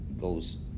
goes